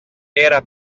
era